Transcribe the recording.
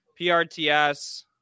PRTS